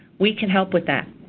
we can help with that.